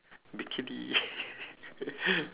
bikini